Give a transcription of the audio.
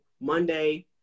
Monday